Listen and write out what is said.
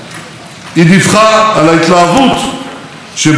היא דיווחה על ההתלהבות שבה קיבלו אותי